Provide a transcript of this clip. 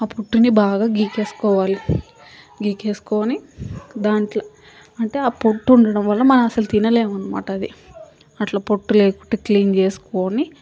ఆ పొట్టుని బాగా గీకేసుకోవాలి గీకేసుకోనీ దాంట్లో అంటే ఆ పొట్టు ఉండడం వల్ల మనం అసల తినలేం అనమాట అది అట్లా పొట్టు లేకుండా క్లీన్ చేసుకొని